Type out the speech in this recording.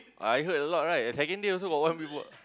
I heard a lot right the second day also got one people